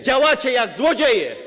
Działacie jak złodzieje.